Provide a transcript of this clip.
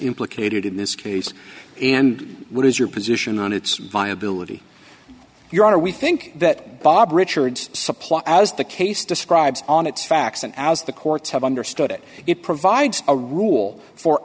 implicated in this case and what is your position on its viability your honor we think that bob richards supply as the case describes on its facts and as the courts have understood it it provides a rule for